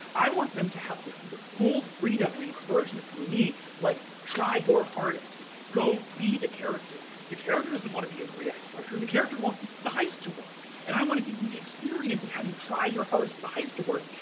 i want them to have the the full freedom and encouragement from me, like, try your hardest. go be the character. the character doesn't wanna be in a three-act structure. the character wants the the heist to work. and i wanna give you the experience of having tried your hardest for the heist to work,